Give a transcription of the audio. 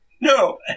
No